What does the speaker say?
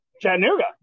Chattanooga